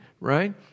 right